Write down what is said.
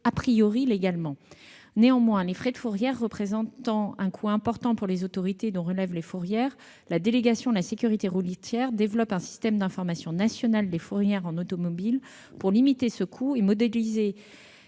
a cédé légalement. Néanmoins, les frais de fourrière représentant un coût important pour les autorités dont relèvent les fourrières, la Délégation à la sécurité routière développe un système d'information national des fourrières automobiles pour limiter ce coût et moderniser